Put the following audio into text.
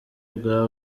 bwa